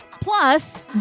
Plus